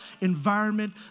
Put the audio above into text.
environment